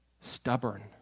Stubborn